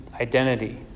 identity